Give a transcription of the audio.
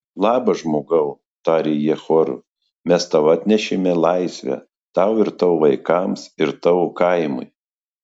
labas žmogau tarė jie choru mes tau atnešėme laisvę tau ir tavo vaikams ir tavo kaimui